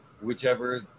whichever